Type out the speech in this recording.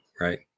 right